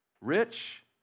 Rich